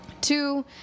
Two